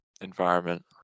environment